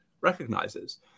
recognizes